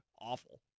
Awful